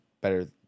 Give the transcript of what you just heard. better